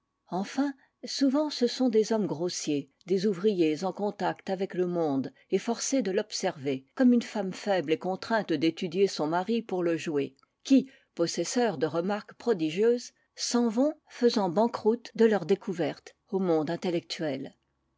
enfin souvent ce sont des hommes grossiers des ouvriers en contact avec le monde et forcés de l'observer comme une femme faible est contrainte d'étudier son mari pour le jouer qui possesseurs de remarques prodigieuses s'en vont faisant banqueroute de leurs découvertes au monde intellectuel